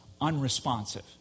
unresponsive